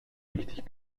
richtig